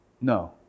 No